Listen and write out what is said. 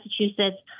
Massachusetts